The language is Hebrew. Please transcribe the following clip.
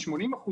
היא 80%,